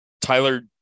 Tyler